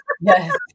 Yes